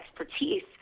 expertise